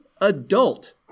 adult